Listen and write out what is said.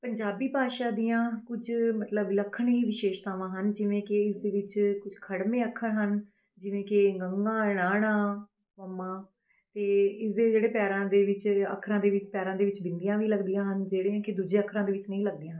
ਪੰਜਾਬੀ ਭਾਸ਼ਾ ਦੀਆਂ ਕੁਝ ਮਤਲਬ ਵਿਲੱਖਣ ਹੀ ਵਿਸ਼ੇਸ਼ਤਾਵਾਂ ਹਨ ਜਿਵੇਂ ਕਿ ਇਸਦੇ ਵਿੱਚ ਕੁਝ ਖੜ੍ਹਵੇਂ ਅੱਖਰ ਹਨ ਜਿਵੇਂ ਕਿ ਯੰਗਾ ਣਾਣਾ ਮੱਮਾ ਅਤੇ ਇਸਦੇ ਜਿਹੜੇ ਪੈਰਾਂ ਦੇ ਵਿੱਚ ਅੱਖਰਾਂ ਦੇ ਵਿੱਚ ਪੈਰਾਂ ਦੇ ਵਿੱਚ ਬਿੰਦੀਆਂ ਵੀ ਲੱਗਦੀਆਂ ਹਨ ਜਿਹੜੀਆਂ ਕਿ ਦੂਜੇ ਅੱਖਰਾਂ ਦੇ ਵਿੱਚ ਨਹੀਂ ਲੱਗਦੀਆਂ ਹਨ